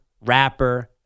rapper